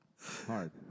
Hard